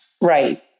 Right